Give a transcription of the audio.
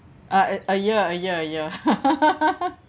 ah a a year a year a year